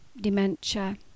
dementia